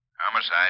Homicide